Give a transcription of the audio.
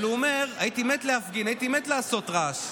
הוא אומר: הייתי מת להפגין, הייתי מת לעשות רעש,